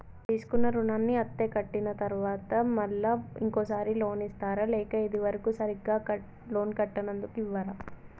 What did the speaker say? తీసుకున్న రుణాన్ని అత్తే కట్టిన తరువాత మళ్ళా ఇంకో సారి లోన్ ఇస్తారా లేక ఇది వరకు సరిగ్గా లోన్ కట్టనందుకు ఇవ్వరా?